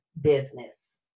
business